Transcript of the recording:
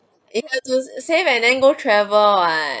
it is safe and then go travel